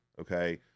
okay